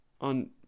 on